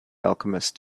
alchemist